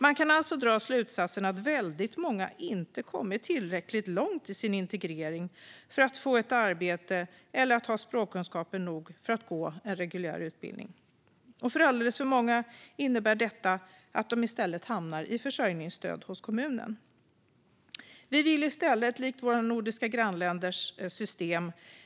Man kan alltså dra slutsatsen att väldigt många inte har kommit tillräckligt långt i sin integrering för att få ett arbete eller inte har språkkunskaper nog för att gå en reguljär utbildning. Och för alldeles för många innebär detta att de i stället hamnar i försörjningsstöd hos kommunen. Vi vill i stället